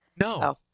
No